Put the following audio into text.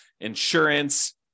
insurance